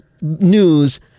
news